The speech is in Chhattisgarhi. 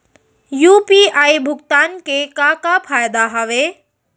यू.पी.आई भुगतान के का का फायदा हावे?